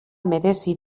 merezi